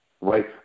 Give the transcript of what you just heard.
right